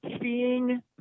seeing